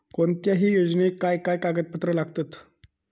कोणत्याही योजनेक काय काय कागदपत्र लागतत?